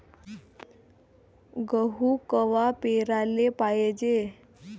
गहू कवा पेराले पायजे?